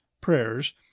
prayers